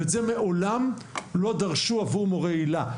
ואת זה מעולם לא דרשו עבור מורי היל"ה.